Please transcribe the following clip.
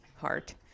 heart